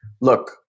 Look